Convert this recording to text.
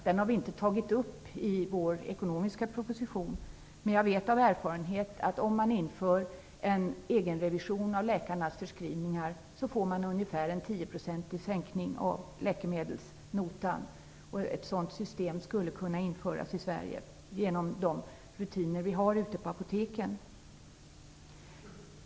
Vi har inte tagit upp den i vår ekonomiska motion, men jag vet av egen erfarenhet att om man inför en egenrevision av läkarnas förskrivningar får man en sänkning av läkemedelsnotan på ungefär 10 %. Ett sådant system skulle kunna införas i Sverige genom de rutiner vi har ute på apoteken.